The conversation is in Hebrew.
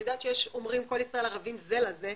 אני יודעת שיש אומרים כל ישראל ערבים זה לזה,